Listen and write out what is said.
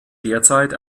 derzeit